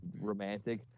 romantic